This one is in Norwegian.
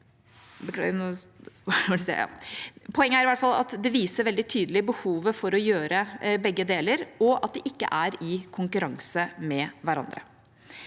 Poenget er at det viser veldig tydelig behovet for å gjøre begge deler, og at det ikke er i konkurranse med hverandre.